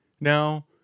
now